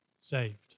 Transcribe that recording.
saved